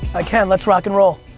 i can, let's rock and roll.